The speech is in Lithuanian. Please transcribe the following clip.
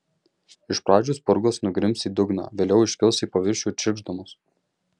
iš pradžių spurgos nugrims į dugną vėliau iškils į paviršių čirkšdamos